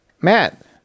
Matt